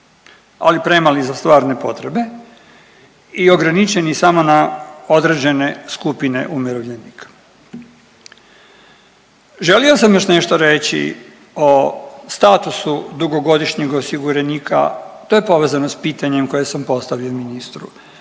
ali premali za stvarne potrebe i ograničeni samo na određene skupine umirovljenika. Želio sam još nešto reći o statusu dugogodišnjeg osiguranika, to je povezano s pitanjem koje sam postavio ministru,